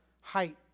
height